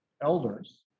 elders